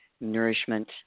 nourishment